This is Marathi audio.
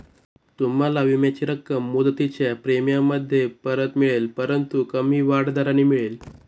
तुम्हाला विम्याची रक्कम मुदतीच्या प्रीमियममध्ये परत मिळेल परंतु कमी वाढ दराने मिळेल